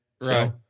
Right